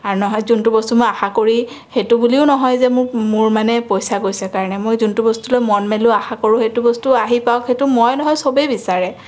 আৰু নহয় যোনটো বস্তু মই আশা কৰি সেইটো বুলিও নহয় যে মোক মোৰ মানে পইচা গৈছে কাৰণে মই যোনটো বস্তুলৈ মন মেলোঁ আশা কৰোঁ সেইটো বস্তু আহি পাওক সেইটো মই নহয় সবেই বিচাৰে